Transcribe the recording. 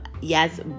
yes